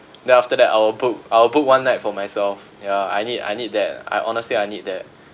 then after that I will book I will book one night for myself ya I need I need that I honestly I need that